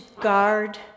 guard